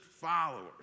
followers